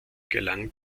gelang